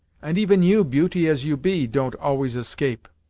and even you, beauty as you be, don't always escape.